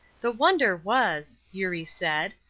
the wonder was, eurie said,